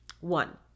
One